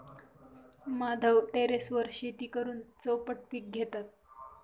माधव टेरेसवर शेती करून चौपट पीक घेतात